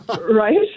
Right